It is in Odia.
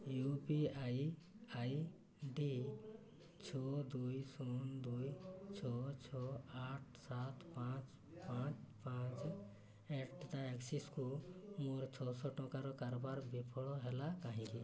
you P I I D ଛଅ ଦୁଇ ଶୂନ ଦୁଇ ଛଅ ଛଅ ଆଠ ସାତ ପାଞ୍ଚ ପାଞ୍ଚ ପାଞ୍ଚ ଆଠ ଆକ୍ସିସକୁ ମୋର ଛଅଶହ ଟଙ୍କାର କାରବାର ବିଫଳ ହେଲା କାହିଁକି